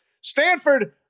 Stanford